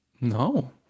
No